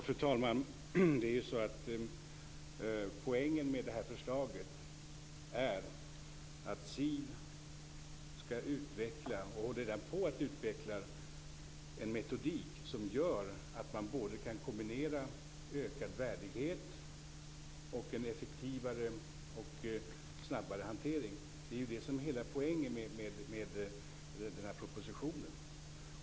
Fru talman! Poängen med det här förslaget är att SIV skall utveckla - och det håller man redan på med - en metodik som gör att man kan kombinera en ökad värdighet med en både effektivare och snabbare hantering. Det är det som är poängen med hela propositionen.